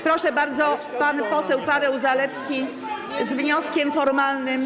Proszę bardzo, pan poseł Paweł Zalewski z wnioskiem formalnym.